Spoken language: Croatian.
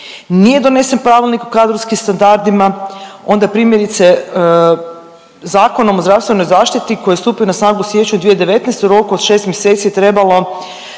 Nije donesen pravilnik o kadrovskim standardima, onda primjerice Zakonom o zdravstvenoj zaštiti koji je stupio na snagu u siječnju 2019. u roku od šest mjeseci je trebalo